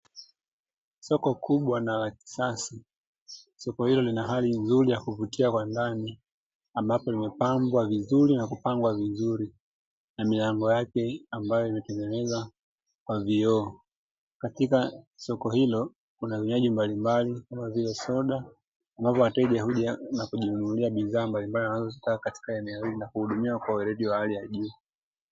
Soko kubwa na la kisasa, soko hilo lina hali nzuri ya kuvutia kwa ndani ambapo limepambwa vizuri na kupangwa vizuri na milango yake ambayo imetengenezwa kwa vioo. Katika soko hilo kuna vinywaji mbalimbali kama vile soda ambapo wateja huja na kujinunulia bidhaa mbalimbali wanazozitaka katika eneo hilo na kuhudumiwa kwa uweledi wa hali ya juu.